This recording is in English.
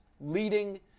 leading